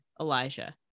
elijah